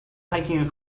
hiking